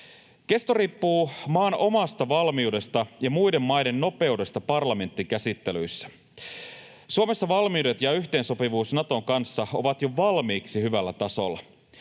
Kesto riippuu maan omasta valmiudesta ja muiden maiden nopeudesta parlamenttikäsittelyissä. Suomessa valmiudet ja yhteensopivuus Naton kanssa ovat jo valmiiksi hyvällä tasolla.